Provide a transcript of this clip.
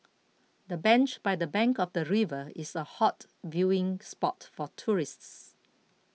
the bench by the bank of the river is a hot viewing spot for tourists